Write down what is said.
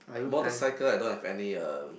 motorcycle I don't have any um